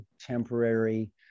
temporary